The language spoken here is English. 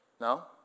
No